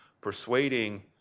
persuading